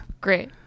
great